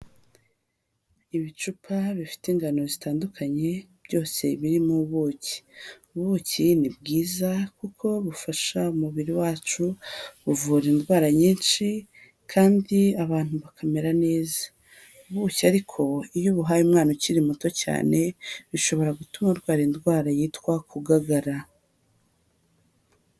Ibicupa bifite ingano zitandukanye, byose birimo ubuki, ubuki ni bwiza kuko bufasha umubiri wacu, buvura indwara nyinshi kandi abantu bakamera neza. Ubuki ariko iyo ubuhaye umwana ukiri muto cyane bishobora gutuma arwara indwara yitwa kugagara.